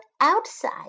outside